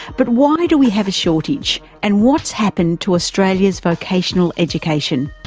but why do we have a shortage and what's happened to australia's vocational education?